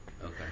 Okay